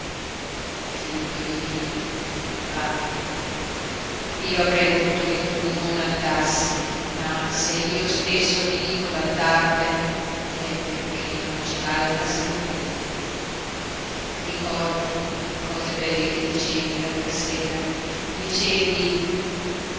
figlio di dio va io avrei voluto che tu non andassi ma se io stesso ti dico d'andartene è perché non c'è altra salvezza ricordati le cose belle che dicevi l'altra sera dicevi